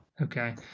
Okay